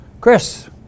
Chris